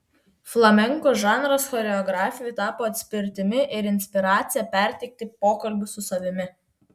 flamenko žanras choreografei tapo atspirtimi ir inspiracija perteikti pokalbius su savimi